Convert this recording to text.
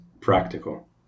practical